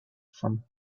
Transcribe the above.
from